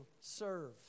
serve